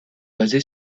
basé